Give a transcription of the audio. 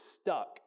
stuck